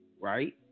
Right